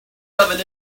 loving